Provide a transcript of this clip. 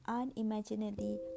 unimaginably